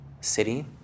city